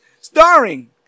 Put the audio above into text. starring